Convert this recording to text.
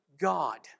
God